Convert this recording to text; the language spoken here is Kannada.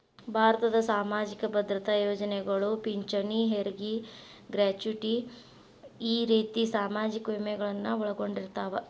ಭಾರತದ್ ಸಾಮಾಜಿಕ ಭದ್ರತಾ ಯೋಜನೆಗಳು ಪಿಂಚಣಿ ಹೆರಗಿ ಗ್ರಾಚುಟಿ ಈ ರೇತಿ ಸಾಮಾಜಿಕ ವಿಮೆಗಳನ್ನು ಒಳಗೊಂಡಿರ್ತವ